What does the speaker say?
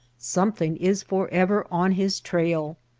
something is forever on his trail.